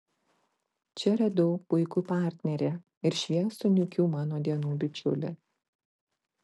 čia radau puikų partnerį ir šviesų niūkių mano dienų bičiulį